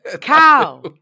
cow